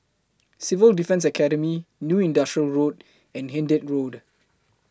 Civil Defence Academy New Industrial Road and Hindhede Road